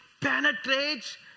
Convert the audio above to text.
penetrates